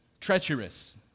treacherous